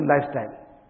lifestyle